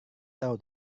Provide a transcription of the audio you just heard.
tahu